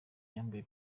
bambuye